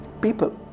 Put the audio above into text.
People